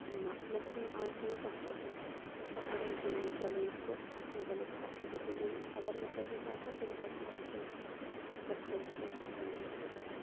نہ مےٚ چھَنہٕ آز تانۍ کانٛہہ تہِ بُک سۄ پٔرمژ ییٚمۍ مےٚ چیٚلینٛج کوٚر اتھ مُتعلِق ہیٚکہٕ بہٕ یُتُے ؤنِتھ اگر مےٚ پٔرمٕژ آسہِ ہہَ تیٚلہِ ہیٚکہٕ ہہَ بہٕ کینٛہہ ڈِسکَس کٔرِتھ کٲنٛسہِ فرنڈَس سۭتۍ